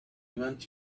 want